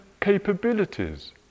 capabilities